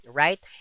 right